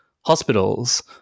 hospitals